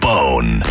Bone